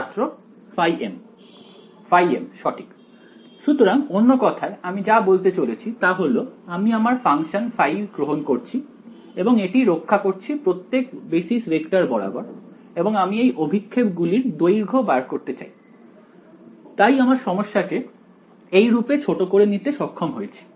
ছাত্র m m সঠিক সুতরাং অন্য কথায় আমি যা বলতে চলেছি তা হল আমি আমার ফাংশন গ্রহণ করছি এবং এটি রক্ষা করছি প্রত্যেক বেসিস ভেক্টর বরাবর এবং আমি এই অভিক্ষেপ গুলির দৈর্ঘ্য বার করতে চাই তাই আমার সমস্যাকে এই রূপে ছোট করে নিতে সক্ষম হয়েছি